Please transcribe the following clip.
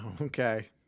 Okay